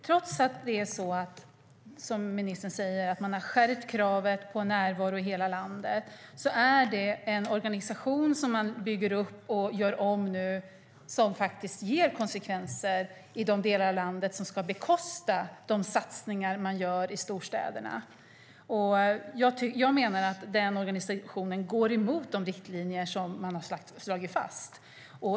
Trots att man som ministern säger har skärpt kravet på närvaro i hela landet är det dock en organisation man bygger upp och gör om som faktiskt ger konsekvenser i de delar av landet som ska bekosta de satsningar som görs i storstäderna. Jag menar att den organisationen går emot de riktlinjer man har slagit fast.